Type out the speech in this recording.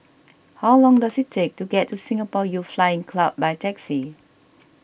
how long does it take to get to Singapore Youth Flying Club by taxi